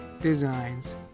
designs